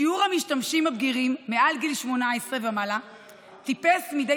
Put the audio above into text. שיעור המשתמשים הבגירים מעל גיל 18 טיפס מדי